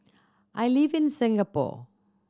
I live in Singapore